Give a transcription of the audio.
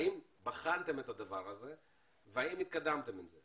האם בחנתם את זה והאם קידמתם את זה?